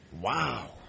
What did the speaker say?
Wow